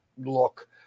look